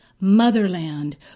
Motherland